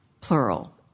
plural